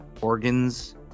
organs